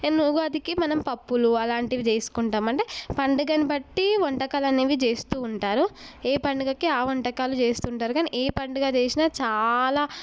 and ఉగాదికి మనం పప్పులు అలాంటివి చేసుకుంటామంటే పండుగని బట్టి వంటకాలు అనేవి చేస్తూ ఉంటారు ఏ పండుగకి ఆ వంటకాలు చేస్తుంటారు కానీ ఏ పండుగ చేసినా చాలా